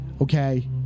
okay